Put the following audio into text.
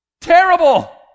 Terrible